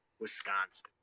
Wisconsin